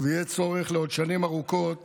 ויהיה צורך לעוד שנים ארוכות